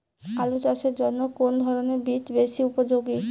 আলু চাষের জন্য কোন ধরণের বীজ বেশি উপযোগী?